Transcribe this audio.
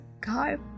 car